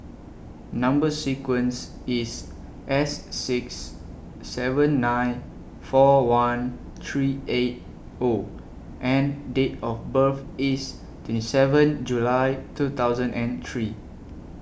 Number sequence IS S six seven nine four one three eight O and Date of birth IS twenty seven July two thousand and three